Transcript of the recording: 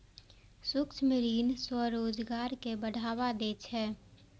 सूक्ष्म ऋण स्वरोजगार कें बढ़ावा दै छै